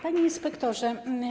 Panie Inspektorze!